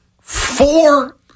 four